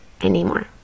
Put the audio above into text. anymore